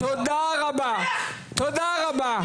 תודה רבה.